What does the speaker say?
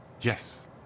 Yes